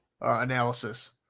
analysis